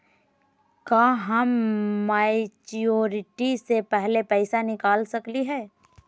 का हम मैच्योरिटी से पहले पैसा निकाल सकली हई?